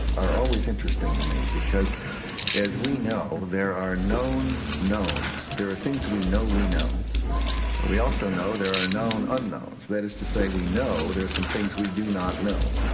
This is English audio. are always interesting to me, because as we know, there are known knowns. there are things we know we know, and we also know there are known unknowns. that is to say, we know there's some things we do not know.